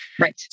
Right